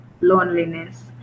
loneliness